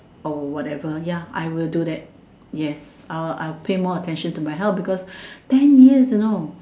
or whatever ya I will do that yes I'll pay more attention to my health because ten years you know